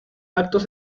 actos